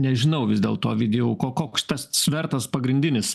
nežinau vis dėlto ovidijau koks tas svertas pagrindinis